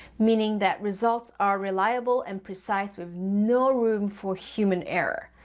meaning that results are reliable and precise with no room for human error.